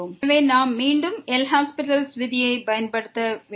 எனவே நாம் மீண்டும் எல்ஹாஸ்பிடல் விதியைப் பயன்படுத்த வேண்டும்